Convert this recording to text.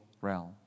realm